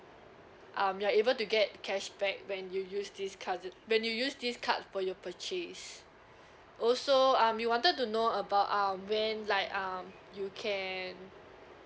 um you're able to get cashback when you use this card z~ when you use this card for your purchase also um you wanted to know about um when like um you can